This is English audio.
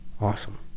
awesome